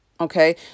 Okay